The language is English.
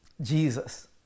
Jesus